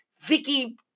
Vicky